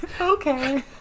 Okay